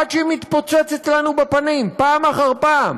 עד שהיא מתפוצצת לנו בפנים פעם אחר פעם,